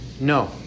No